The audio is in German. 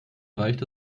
reicht